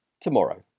tomorrow